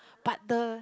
but the